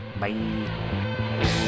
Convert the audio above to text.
Bye